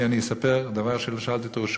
שאני אספר דבר שלא ביקשתי ממנו רשות,